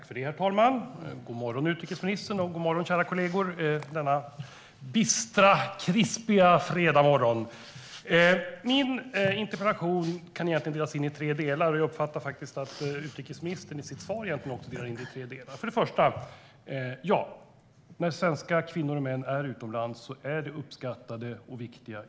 Herr talman! God morgon, utrikesministern, och god morgon, kära kollegor, denna bistra, krispiga fredagsmorgon. Min interpellation kan egentligen delas in i tre delar, och jag uppfattar att utrikesministerns svar var indelat i tre delar. Först och främst: Den första delen handlar om svenska kvinnors och mäns insatser utomlands, som är uppskattade och viktiga.